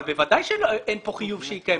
אבל בוודאי שאין כאן חיוב שהיא קיימת.